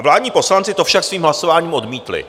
Vládní poslanci to však svým hlasováním odmítli.